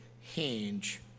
hinge